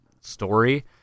story